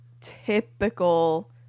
typical